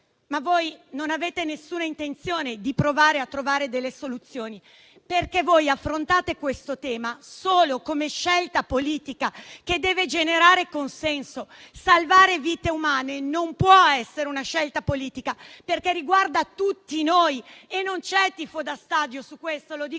ma voi non avete alcuna intenzione di provare a trovare soluzioni, perché voi affrontate questo tema solo come scelta politica che deve generare consenso. Salvare vite umane non può essere una scelta politica, perché riguarda tutti noi e non c'è tifo da stadio, lo dico